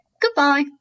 Goodbye